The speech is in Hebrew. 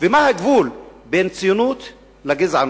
ומה הגבול בין ציונות לגזענות?